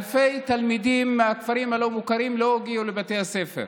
אלפי תלמידים מהכפרים הלא-מוכרים לא הגיעו לבתי הספר.